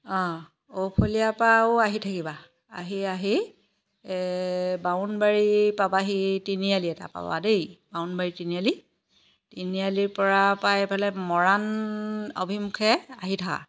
অঁ ঔফুলীয়াৰ পৰা আৰু আহি থাকিবা আহি আহি বামুণবাৰী পাবাহি তিনিআলি এটা পাবা দেই বামুণবাৰী তিনিআলি তিনিআলিৰ পৰা পাই পেলাই মৰাণ অভিমুখে আহি থাকা